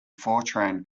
fortran